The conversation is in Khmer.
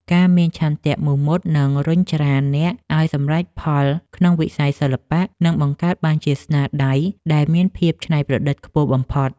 ការមានឆន្ទៈមោះមុតនឹងរុញច្រានអ្នកឱ្យសម្រេចផលក្នុងវិស័យសិល្បៈ និង បង្កើតបានជាស្នាដៃដែលមានភាពច្នៃប្រឌិតខ្ពស់បំផុត។